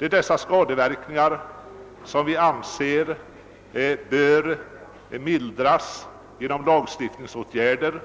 Det är dessa skadeverkningar som vi anser bör mildras genom lagstiftningsåtgärder,